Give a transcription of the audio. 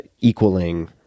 equaling